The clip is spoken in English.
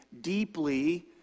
deeply